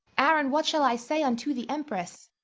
aaron, what shall i say unto the empress?